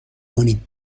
کنیم